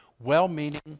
well-meaning